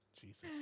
Jesus